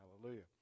Hallelujah